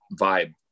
vibe